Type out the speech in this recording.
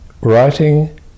writing